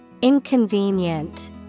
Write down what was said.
Inconvenient